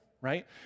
Right